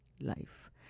life